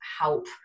help